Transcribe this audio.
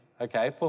okay